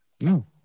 No